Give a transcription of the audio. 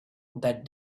that